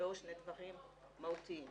נקבעו שני דברים מהותיים: